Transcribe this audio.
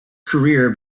career